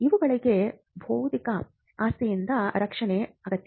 ಇವುಗಳಿಗೆ ಬೌದ್ಧಿಕ ಆಸ್ತಿಯಿಂದ ರಕ್ಷಣೆ ಅಗತ್ಯ